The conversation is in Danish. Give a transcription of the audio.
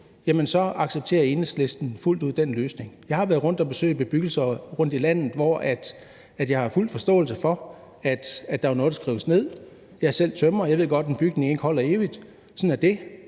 så accepterer Enhedslisten fuldt ud den løsning. Jeg har været ude at besøge bebyggelser rundt i landet, og jeg har fuld forståelse for, at der har været noget, der skulle rives ned. Jeg er selv tømrer, og jeg ved godt, at en bygning ikke holder evigt. Sådan er det,